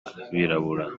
abirabura